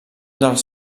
dels